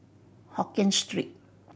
Hokkien Street